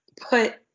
put